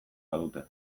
badute